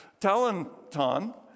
talenton